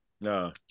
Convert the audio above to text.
No